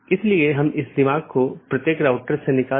इसमें स्रोत या गंतव्य AS में ही रहते है